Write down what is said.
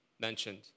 mentioned